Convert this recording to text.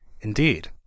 Indeed